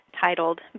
titled